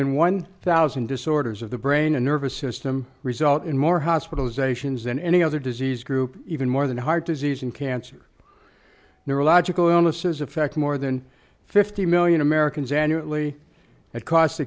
than one thousand disorders of the brain and nervous system result in more hospitalizations than any other disease group even more than heart disease and cancer neurological illnesses affect more than fifty million americans annually at cost